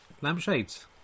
Lampshades